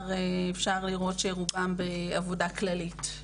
אפשר לראות שרובם עובדים בעבודות כלליות.